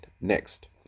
Next